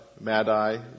Madai